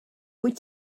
wyt